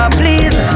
please